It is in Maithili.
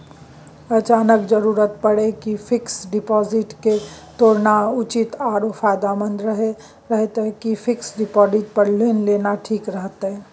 अचानक जरूरत परै पर फीक्स डिपॉजिट के तोरनाय उचित आरो फायदामंद रहतै कि फिक्स डिपॉजिट पर लोन लेनाय ठीक रहतै?